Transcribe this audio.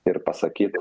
ir pasakyt